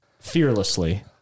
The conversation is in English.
fearlessly